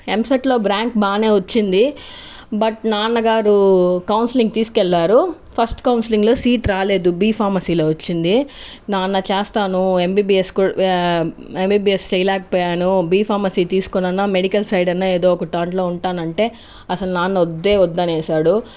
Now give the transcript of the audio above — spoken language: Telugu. ఎంసెట్లో ర్యాంక్ బాగా వచ్చింది బట్ నాన్నగారు కౌన్సిలింగ్ తీసుకు వెళ్ళారు ఫస్ట్ కౌన్సిలింగ్లో సీట్ రాలేదు బీఫార్మసీలో వచ్చింది నాన్న చేస్తాను ఎంబీబీఎస్ ఎంబీబీఎస్ చేయలేకపోయాను బీఫార్మసీ తీసుకుని అయినా మెడికల్ సైడ్ అయినా ఎదో ఒక దానిలో ఉంటాను అనంటే అసలు నాన్న వద్దే వద్దు అన్నారు